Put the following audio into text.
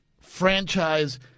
franchise